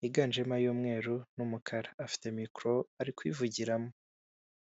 yiganjemo ay'umweru n'umukara, afite mikoro ari kuyivugiramo.